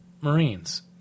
Marines